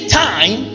time